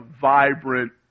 vibrant